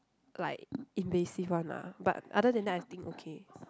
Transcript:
like invasive one lah but other than that I think okay